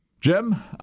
Jim